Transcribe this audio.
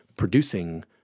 producing